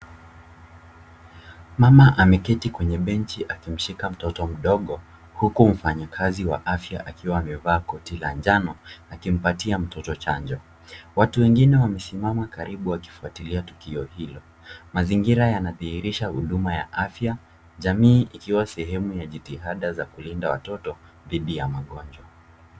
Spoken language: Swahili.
Mama ameketi kwenye benchi akimshika mtoto mdogo huku mfanyikazi wa afya akiwa amevaa koti la njano akimpatia mtoto chanjo. Watu wengine wamesimama karibu wakifwatilia tukio hilo. Mazingira yanadhihirisha huduma ya afya jamii ikiwa sehemu ya jitihada za kulinda watoto didhi ya magonjwa.